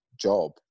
job